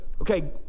Okay